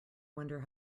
wonder